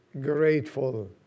grateful